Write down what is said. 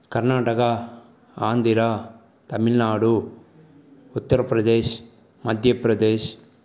Karnataka Andhra Tamil Nadu Uttar Pradesh Madhya Pradesh